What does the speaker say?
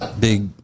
Big